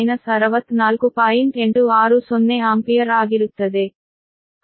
860 ampere ಆಗಿರುತ್ತದೆ